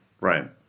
Right